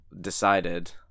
decided